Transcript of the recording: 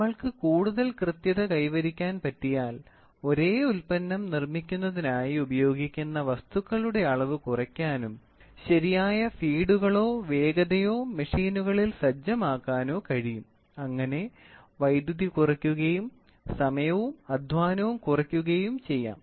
നമ്മൾക്ക് കൂടുതൽ കൃത്യത കൈവരിക്കാൻ പറ്റിയാൽ ഒരേ ഉൽപ്പന്നം നിർമ്മിക്കുന്നതിനായി ഉപയോഗിക്കുന്ന വസ്തുക്കളുടെ അളവ് കുറയ്ക്കാനും ശരിയായ ഫീഡുകളോ വേഗതയോ മെഷീനുകളിൽ സജ്ജമാക്കാനോ കഴിയും അങ്ങനെ വൈദ്യുതി കുറയുകയും സമയവും അധ്വാനവും കുറയുകയും ചെയ്യും